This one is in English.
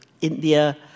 India